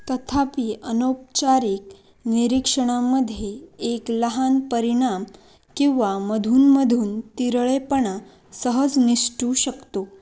तथापि अनौपचारिक निरीक्षणामध्ये एक लहान परिणाम किंवा मधूनमधून तिरळेपणा सहज निसटू शकतो